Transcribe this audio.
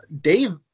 dave